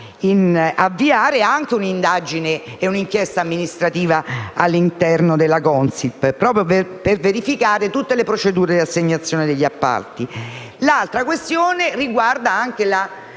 di avviare una indagine e una inchiesta amministrativa all'interno della Consip, proprio per verificare tutte le procedure di assegnazione degli appalti. Un'altra questione riguarda la